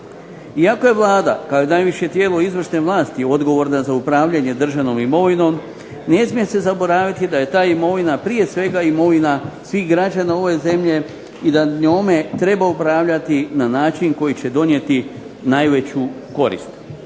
Iako je Vlada kao najviše tijelo izvršne vlasti odgovorne za upravljanje državnom imovinom, ne smije se zaboraviti da je ta imovina prije svega imovina svih građana ove zemlje i da njom treba upravljati na način koji će donijeti najveću korist.